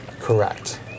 Correct